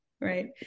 right